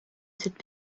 cette